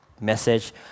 message